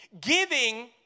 Giving